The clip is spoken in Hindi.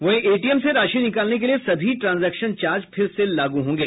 वहीं एटीएम से राशि निकालने के लिए सभी ट्रांजेक्शन चार्ज फिर से लागू होंगे